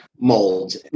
molds